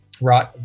right